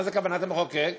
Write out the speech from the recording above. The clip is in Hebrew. מה זה כוונת המחוקק?